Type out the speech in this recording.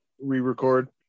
re-record